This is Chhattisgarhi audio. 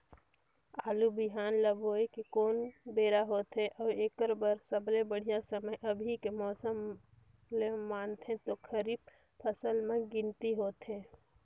आलू बिहान ल बोये के कोन बेरा होथे अउ एकर बर सबले बढ़िया समय अभी के मौसम ल मानथें जो खरीफ फसल म गिनती होथै?